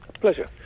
Pleasure